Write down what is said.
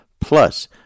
Plus